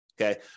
okay